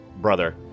brother